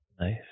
Nice